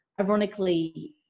ironically